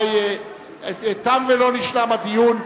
תם ולא נשלם הדיון.